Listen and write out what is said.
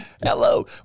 Hello